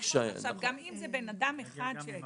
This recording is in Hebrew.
גם אם זה בן אדם אחד שיגיע,